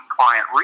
client